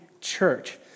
church